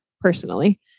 personally